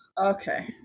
okay